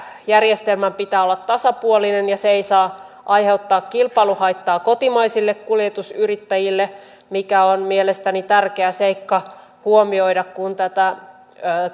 järjestelmän pitää olla tasapuolinen ja se ei saa aiheuttaa kilpailuhaittaa kotimaisille kuljetusyrittäjille mikä on mielestäni tärkeä seikka huomioida kun tätä